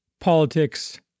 politics